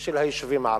של היישובים הערביים,